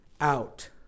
out